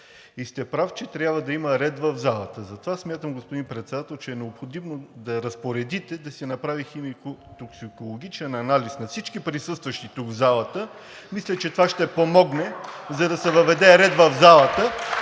И сте прав, че трябва да има ред в залата. Затова смятам, господин Председател, че е необходимо да разпоредите да се направи химико-токсикологичен анализ на всички присъстващи тук в залата. Мисля, че това ще помогне, за да се въведе ред в залата